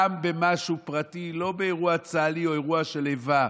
גם במשהו פרטי, לא אירוע צה"לי או אירוע של איבה,